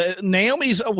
Naomi's